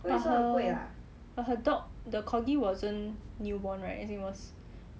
but her but her dog the corgi wasn't newborn right as in it was